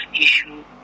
issue